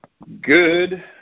Good